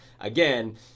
again